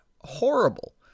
horrible